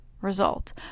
result